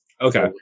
Okay